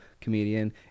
comedian